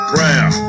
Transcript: Prayer